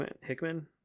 Hickman